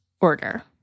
order